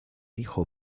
hijo